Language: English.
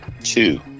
two